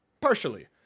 partially